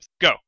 Go